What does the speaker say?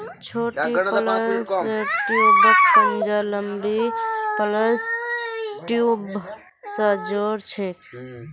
छोटी प्लस ट्यूबक पंजा लंबी प्लस ट्यूब स जो र छेक